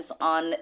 on